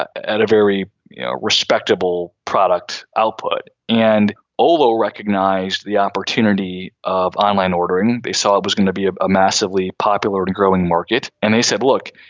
at a very respectable product output. and although recognized the opportunity of online ordering, they saw it was going to be ah a massively popular and growing market. and they said, look,